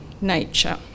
nature